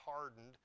hardened